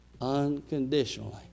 unconditionally